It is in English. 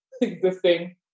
existing